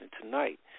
tonight